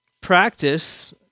practice